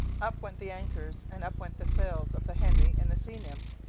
up went the anchors and up went the sails of the henry and the sea-nymph,